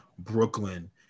Brooklyn